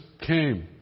came